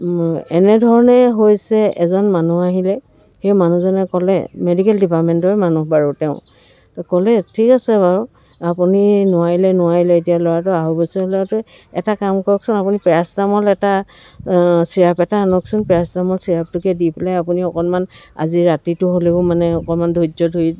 এনেধৰণে হৈছে এজন মানুহ আহিলে সেই মানুহজনে ক'লে মেডিকেল ডিপাৰ্টমেণ্টৰে মানুহ বাৰু তেওঁ তো ক'লে ঠিক আছে বাৰু আপুনি নোৱাৰিলে নোৱাৰিলে এতিয়া ল'ৰাটো আঢ়ৈ বছৰীয়া ল'ৰাটোৱে এটা কাম কৰকচোন আপুনি পেৰাচিটামোল এটা ছিৰাপ এটা আনকচোন পেৰাচিটামোল ছিৰাপটোকে দি পেলাই আপুনি অকণমান আজি ৰাতিটো হ'লেও মানে অক্মাণন ধৈৰ্য্য় ধৰি